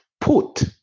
put